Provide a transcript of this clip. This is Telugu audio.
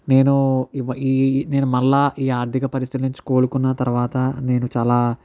నేను ఈ నేను మళ్ళీ ఈ ఆర్థిక పరిస్థితుల నుంచి కోలుకున్న తర్వాత నేను చాలా